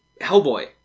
Hellboy